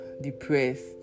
depressed